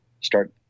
start